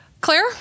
Claire